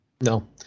No